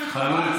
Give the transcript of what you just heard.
חברים,